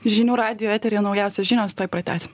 žinių radijo etery naujausios žinios tuoj pratęs